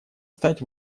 стать